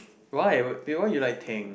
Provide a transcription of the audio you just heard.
why would why you like Tang